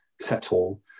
settle